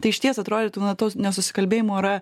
tai išties atrodytų na to nesusikalbėjimo yra